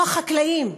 כמו החקלאות,